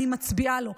אני מצביעה לו.